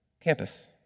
campus